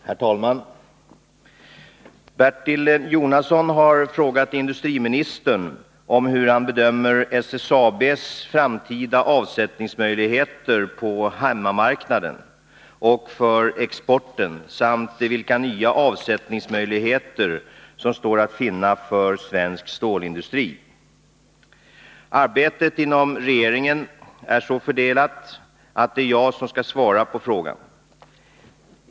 Herr talman! Bertil Jonasson har i en interpellation frågat industriministern om hur han bedömer SSAB:s framtida avsättningsmöjligheter på hemmamarknaden och för exporten samt vilka nya avsättningsmöjligheter som står att finna för svensk stålindustri. Arbetet inom regeringen är så fördelat att det är jag som skall svara på interpellationen.